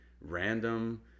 random